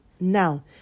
Now